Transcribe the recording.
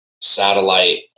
satellite